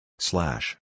Slash